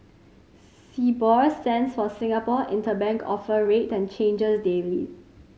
Sibor stands for Singapore Interbank Offer Rate and changes daily